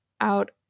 out